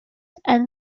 and